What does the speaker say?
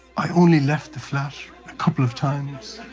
i only left the flat a couple of times.